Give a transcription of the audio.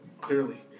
Clearly